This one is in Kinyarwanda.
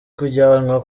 kujyanwa